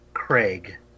Craig